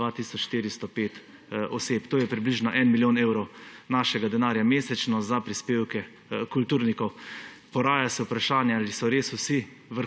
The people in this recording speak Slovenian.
405 oseb. To je približno milijon evrov našega denarja mesečno za prispevke kulturnikov. Poraja se vprašanje, ali so res vsi